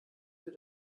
für